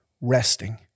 resting